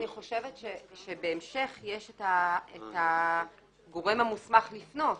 בהמשך יש את הגורם המוסמך לפנות.